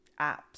apps